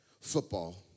football